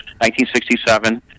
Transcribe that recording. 1967